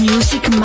Music